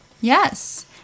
Yes